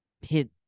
hit